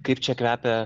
kaip čia kvepia